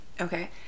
Okay